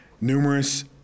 Numerous